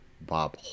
Bob